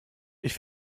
ich